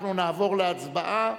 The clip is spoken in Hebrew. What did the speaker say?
אנחנו נעבור להצבעה.